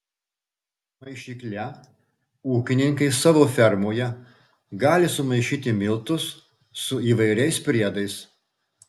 maišykle ūkininkai savo fermoje gali sumaišyti miltus su įvairiais priedais